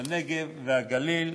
בנגב והגליל.